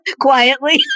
quietly